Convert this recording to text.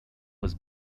was